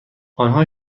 آنها